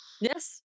Yes